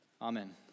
Amen